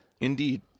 Indeed